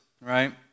right